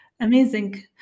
Amazing